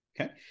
okay